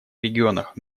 регионах